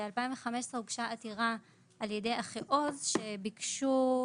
ב-2015 הוגשה עתירה על-ידי "אחיעוז" שביקשו